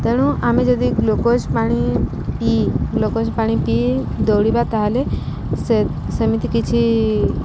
ତେଣୁ ଆମେ ଯଦି ଗ୍ଲୁକୋଜ୍ ପାଣି ପିଇ ଗ୍ଲୁକୋଜ୍ ପାଣି ପିଇ ଦୌଡ଼ିବା ତା'ହେଲେ ସେମିତି କିଛି